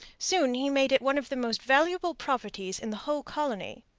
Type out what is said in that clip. soon he made it one of the most valuable properties in the whole colony.